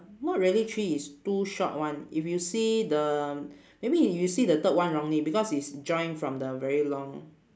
not really three is two short one if you see the maybe you see the third one wrongly because it's join from the very long